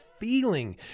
feeling